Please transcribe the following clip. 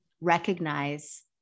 recognize